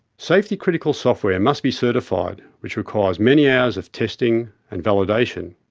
safety critical software must be certified, which requires many hours of testing and validation.